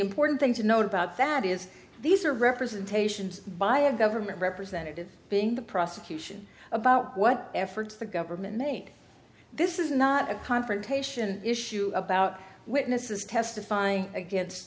important thing to know about that is these are representations by a government representative being the prosecution about what efforts the government made this is not a confrontation issue about witnesses testifying against